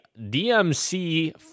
dmc